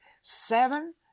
Seven